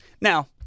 Now